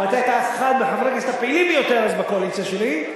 ואתה היית אחד מחברי הכנסת הפעילים ביותר אז בקואליציה שלי,